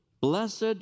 Blessed